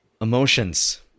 Emotions